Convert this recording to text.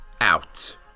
out